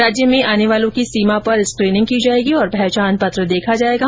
राज्य में आने वालो की सीमा पर स्कीनिंग की जाएगी और पहचान पत्र देखा जाएगा